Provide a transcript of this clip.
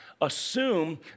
Assume